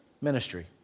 ministry